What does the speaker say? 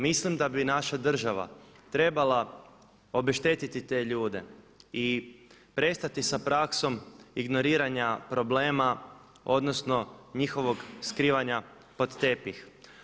Mislim da bi naša država trebala obeštetiti te ljude i prestati sa praksom ignoriranja problema odnosno njihovog skrivanja pod tepih.